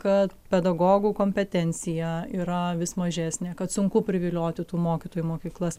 kad pedagogų kompetencija yra vis mažesnė kad sunku privilioti tų mokytojų į mokyklas